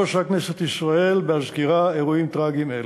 טוב עושה כנסת ישראל בהזכירה אירועים טרגיים אלו.